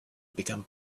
become